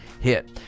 hit